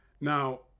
Now